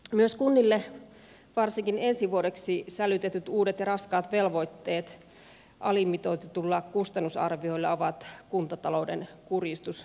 myös kunnille varsinkin ensi vuodeksi sälytetyt uudet ja raskaat velvoitteet alimitoitetuilla kustannusarvioilla ovat kuntatalouden kurjistus edelleenkin